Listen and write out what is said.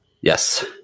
Yes